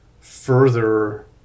further